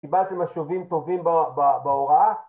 קיבלתם משובים טובים ב- בהוראה